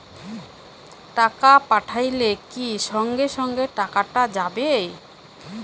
টাকা পাঠাইলে কি সঙ্গে সঙ্গে টাকাটা যাবে?